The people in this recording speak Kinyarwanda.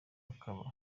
akaba